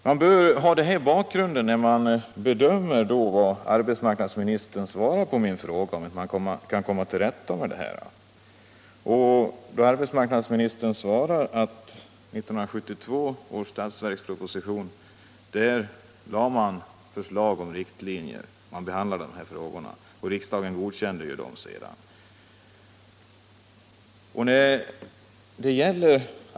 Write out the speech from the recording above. Man bör ha detta som bakgrund när man bedömer vad arbetsmarknadsministern svarar på min fråga, om man inte kan komma till rätta med detta problem. Arbetsmarknadsministern svarar att regeringen i statsverkspropositionen 1972 lade fram förslag om riktlinjer för behandling av dessa frågor. Riksdagen godkände ju dessa riktlinjer.